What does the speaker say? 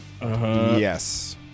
Yes